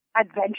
adventure